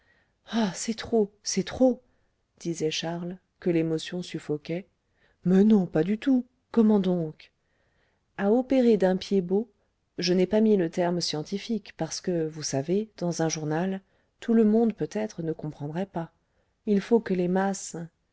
ah c'est trop c'est trop disait charles que l'émotion suffoquait mais non pas du tout comment donc a opéré d'un piedbot je n'ai pas mis le terme scientifique parce que vous savez dans un journal tout le monde peut-être ne comprendrait pas il faut que les masses